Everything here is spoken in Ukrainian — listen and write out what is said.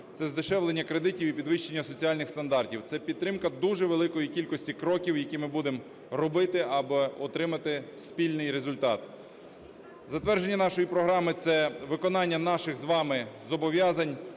це здешевлення кредитів і підвищення соціальних стандартів, це підтримка дуже великої кількості кроків, які ми будемо робити, аби отримати спільний результат. Затвердження нашої програми – це виконання наших з вами зобов'язань